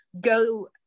go